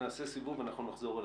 נעשה סיבוב ונחזור אליכם,